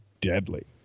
deadly